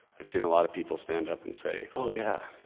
i've seen a lot of people stand up and say oh, yeah